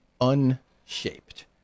unshaped